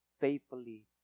faithfully